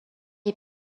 est